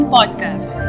Podcast